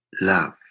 love